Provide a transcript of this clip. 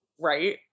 Right